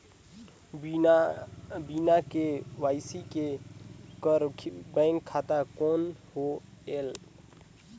बिना के.वाई.सी कर बैंक खाता कौन होएल?